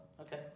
Okay